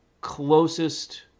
closest